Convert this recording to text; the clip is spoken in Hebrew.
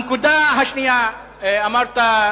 הנקודה השנייה: אמרת,